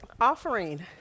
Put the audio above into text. Offering